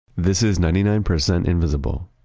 this is ninety nine percent invisible.